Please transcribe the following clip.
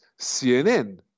CNN